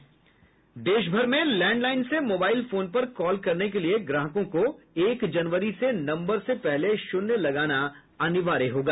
देशभर में लैंडलाईन से मोबाईल फोन पर कॉल करने के लिए ग्राहकों को एक जनवरी से नम्बर से पहले शून्य लगाना अनिवार्य होगा